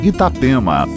Itapema